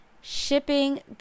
shipping